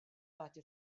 tagħti